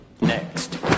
Next